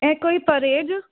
ऐं कोई परहेज